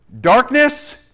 Darkness